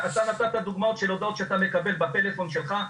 אתה נתת דוגמאות של הודעות שאתה מקבל בטלפון שלך,